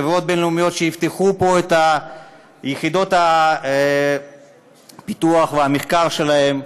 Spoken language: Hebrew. חברות בין-לאומיות שיפתחו פה את יחידות הפיתוח והמחקר שלהן,